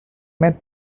met